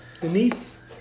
Denise